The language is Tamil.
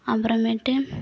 அப்புறமேட்டு